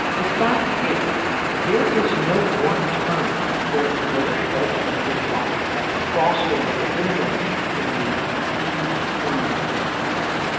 the fact is there is no one term for the british alternative rock that crossed over in america in the nineteen eighty s and nineteen ninety s.